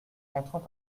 entrant